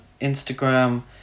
Instagram